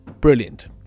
brilliant